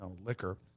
liquor